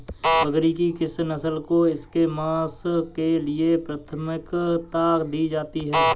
बकरी की किस नस्ल को इसके मांस के लिए प्राथमिकता दी जाती है?